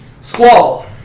Squall